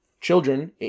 children